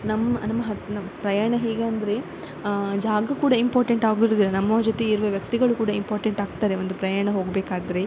ನಮ್ಮ ನಮ್ಮ ಹ ನಮ್ಮ ಪ್ರಯಾಣ ಹೇಗೆಂದರೆ ಜಾಗ ಕೂಡ ಇಂಪೋರ್ಟೆಂಟ್ ಆಗಿರುವುದಿಲ್ಲ ನಮ್ಮವರ ಜೊತೆ ಇರುವ ವ್ಯಕ್ತಿಗಳು ಕೂಡ ಇಂಪೋರ್ಟೆಂಟ್ ಆಗ್ತಾರೆ ಒಂದು ಪ್ರಯಾಣ ಹೋಗಬೇಕಾದ್ರೆ